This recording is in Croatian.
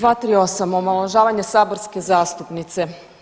238. omalovažavanje saborske zastupnice.